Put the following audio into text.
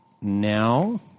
Now